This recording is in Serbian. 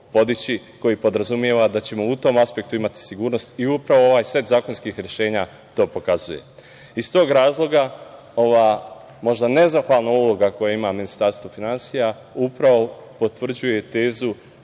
koji podrazumeva da ćemo u tom aspektu imati sigurnost. Upravo ovaj set zakonskih rešenja to pokazuje. Iz tog razloga ova možda nezahvalna uloga koju ima Ministarstvo finansija upravo potvrđuje tezu